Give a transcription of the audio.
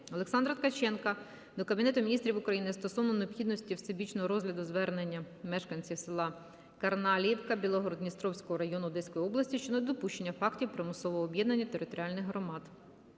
Олександра Ткаченка до Кабінету Міністрів України стосовно необхідності всебічного розгляду звернення мешканців села Карналіївка Білгород-Дністровського району Одеської області щодо недопущення фактів примусового об'єднання територіальних громад.